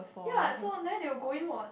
ya so then they will go in what